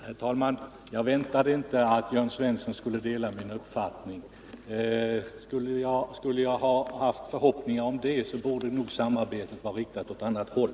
Herr talman! Jag väntade inte att Jörn Svensson skulle dela min uppfattning. Skulle jag ha haft förhoppningar om det, så borde nog samarbetet varit riktat åt ett annat håll.